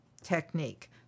technique